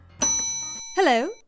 Hello